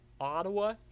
Ottawa